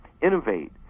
innovate